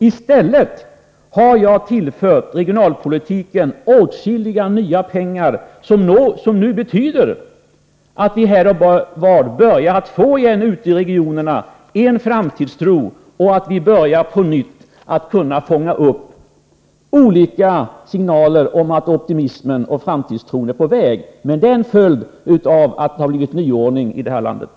I stället för att göra besparingar har jag tillfört regionalpolitiken åtskilliga nya pengar, som lett till att vi nu här och ute i regionerna börjar kunna fånga upp olika signaler om att optimismen och framtidstron är på väg. Det är en följd av att det har blivit nyordning i det här landet.